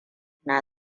na